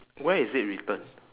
where is it written